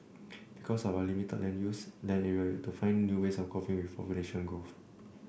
because of our limited land use land area we had to find new ways of coping with population growth